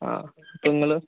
ആ ഇപ്പം നിങ്ങള്